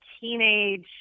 teenage